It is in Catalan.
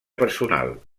personal